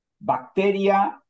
bacteria